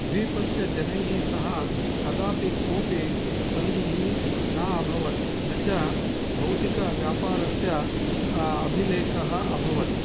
द्वीपस्य जनैः सह कदापि कोऽपि सन्धिः न अभवत् न च भौतिकव्यापारस्य अभिलेखः अभवत्